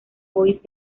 bois